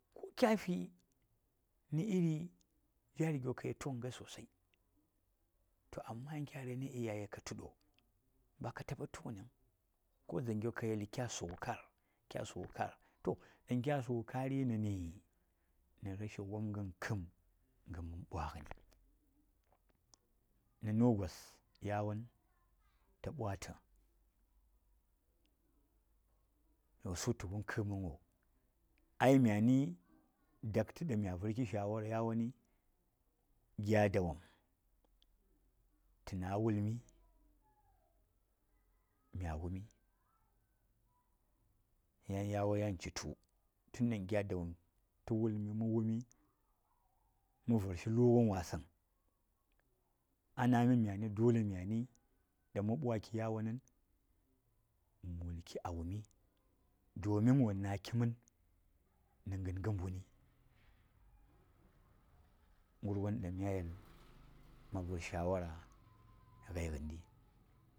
﻿Ko kya naq iri jari gyo ka ye tugan gai sosai, to amma kya raina iyaye ka tu do? Ba ka taba kugani vung, ko dzang yo ka yeli kya suga kar kya suga kan ɗan kya suga kari nani? Na rashi wumgən kam ga man bwagani, nanu gas yawan ta bwata wasu ta mum kan vungo, ai myani wasu ta wum kam vungo, ai myani dakta dan mya virki shawara yawani gya dawom ta nay a wulmi, mya wumi yan yawan chitu, tun ɗan gya dawon ta wulmi ma wuni ma virshi lugan wasang anami myani dole myani ɗan ma bwaki yawanan ma wulki a wumi domin wa naki man na ganga mbuni, garwan ɗan mya yeli ma satki vi man gai gan di.